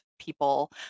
people